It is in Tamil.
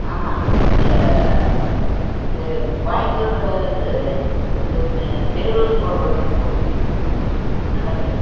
ஆமாம் இந்த இந்த கோயம்புத்தூர்லேந்து இந்த மே பேரூர் போகிற ரோட்டில் போகணும் ஆ நல்லா கேட்கு